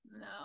no